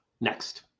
Next